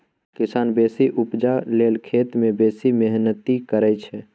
किसान बेसी उपजा लेल खेत मे बेसी मेहनति करय छै